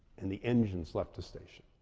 and the engines left the station.